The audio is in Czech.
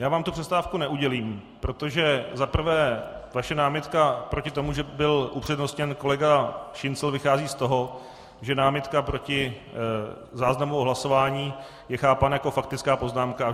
Já vám tu přestávku neudělím, protože za prvé vaše námitka proti tomu, že by byl upřednostněn kolega Šincl, vychází z toho, že námitka proti záznamu o hlasování je chápána jako faktická poznámka.